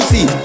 See